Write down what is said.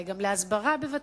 הסכום מיועד גם להסברה בבתי-הספר